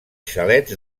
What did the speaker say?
xalets